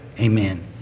Amen